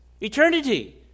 Eternity